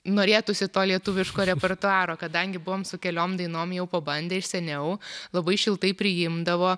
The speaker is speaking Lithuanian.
norėtųsi to lietuviško repertuaro kadangi buvom su keliom dainom jau pabandę iš seniau labai šiltai priimdavo